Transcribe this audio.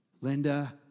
Linda